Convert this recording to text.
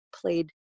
played